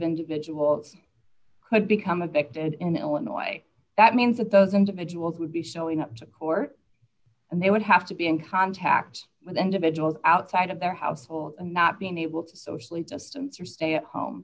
individuals could become addicted in illinois that means that those individuals would be showing up to court and they would have to be in contact with individuals outside of their household and not being able to socially systems or stay at home